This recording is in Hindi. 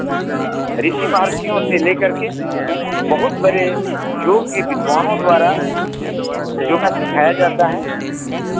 ऋषि महर्षियों से लेकर के बहुत बड़े योग्य विद्वानों द्वारा योग सिखाया जाता है